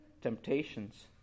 temptations